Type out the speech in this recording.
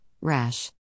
rash